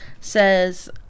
says